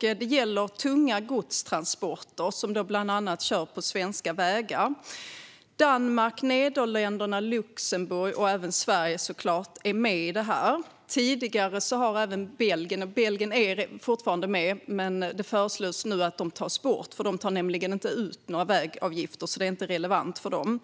Det gäller tunga godstransporter som kör på bland annat svenska vägar. Danmark, Nederländerna, Luxemburg och såklart även Sverige är med i samarbetet. Belgien är fortfarande med i samarbetet, men det föreslås att landet tas bort eftersom det inte tar ut några vägavgifter. Samarbetet är alltså inte relevant för Belgien.